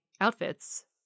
outfits